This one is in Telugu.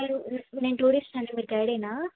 నేను నేను టూరిస్ట్నండి మీరు గైడేనా